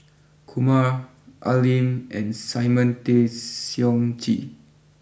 Kumar Al Lim and Simon Tay Seong Chee